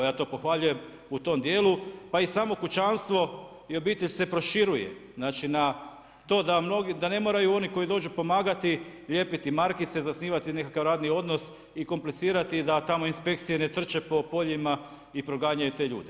Ja to pohvaljujem u tom dijelu, pa i samo kućanstvo i obitelj se proširuje, znači na to da ne moraju oni koji dođu pomagati lijepiti markice, zasnivati nekakav radni odnos i komplicirati da tamo inspekcije ne trče po poljima i proganjaju te ljude.